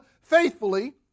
faithfully